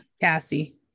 Cassie